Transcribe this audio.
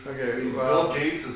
okay